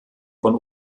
von